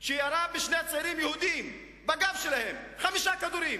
שירה בגבם של שני צעירים יהודים חמישה כדורים,